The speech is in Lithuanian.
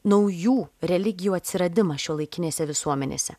naujų religijų atsiradimą šiuolaikinėse visuomenėse